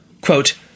Quote